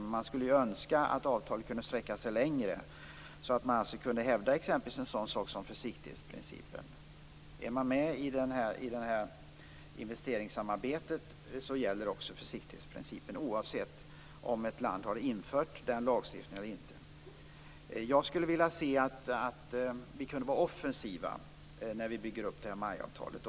Men jag skulle önska att avtalet kunde sträcka sig längre, så att man exempelvis kunde hävda en sådan sak som försiktighetsprincipen, dvs. att om ett land deltar i investeringssamarbetet gäller också försiktighetsprincipen, oavsett om landet har infört miljölagstiftning eller inte. Jag skulle vilja se att vi kunde vara offensiva när vi bygger upp MAI-avtalet.